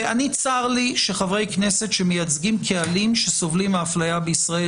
צר לי שחברי כנסת שמייצגים קהלים שסובלים מאפליה בישראל,